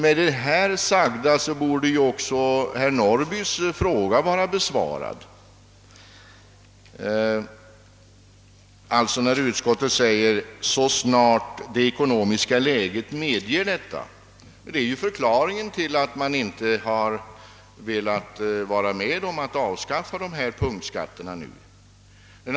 Även herr Norrbys fråga bör vara besvarad med utskottets ord »så snart det ekonomiska läget medger detta». Däri ligger förklaringen till att utskottet inte nu velat vara med om att avskaffa punktskatterna.